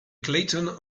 clayton